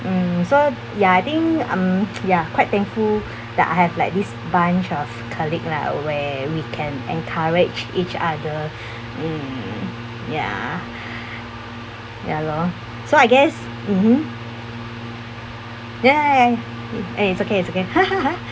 mm so ya I think mm ya I'm quite thankful that I have like this bunch of colleague lah where we can encourage each other other mm ya ya lor so I guess mmhmm !yay! eh it's okay it's okay